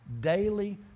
daily